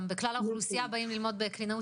גם בכלל האוכלוסייה באים ללמוד קלינאות